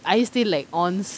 are you still like on